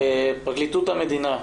פרקליטות המדינה,